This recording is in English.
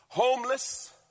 Homeless